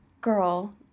girl